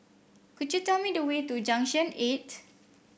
could you tell me the way to Junction Eight